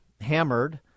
hammered